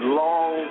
long